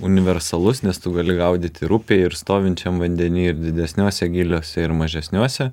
universalus nes tu gali gaudyt ir upėj ir stovinčiam vandeny ir didesniuose gyliuose ir mažesniuose